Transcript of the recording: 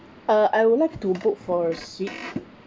uh I would like to book for a suite